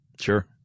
Sure